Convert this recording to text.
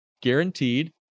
guaranteed